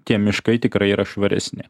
tie miškai tikrai yra švaresni